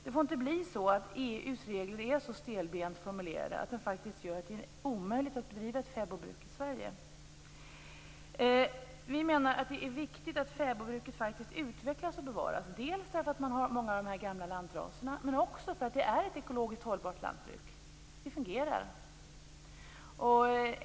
EU:s regler får inte vara så stelbent formulerade att de faktiskt gör det omöjligt att bedriva ett fäbodbruk i Sverige. Vi menar att det är viktigt att fäbodbruket utvecklas och bevaras, dels därför att de har många av de gamla lantraserna, dels därför att det är ett ekologiskt hållbart lantbruk som fungerar.